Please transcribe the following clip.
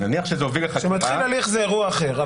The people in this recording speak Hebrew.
-- כשמתחיל הליך זה אירוע אחר.